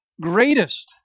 greatest